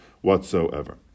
whatsoever